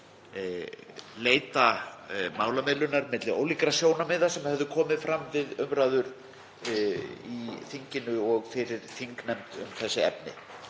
leita málamiðlunar milli ólíkra sjónarmiða sem höfðu komið fram við umræður í þinginu og fyrir þingnefnd um þessi efni.